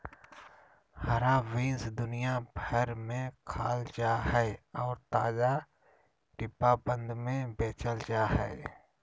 हरा बीन्स दुनिया भर में खाल जा हइ और ताजा, डिब्बाबंद में बेचल जा हइ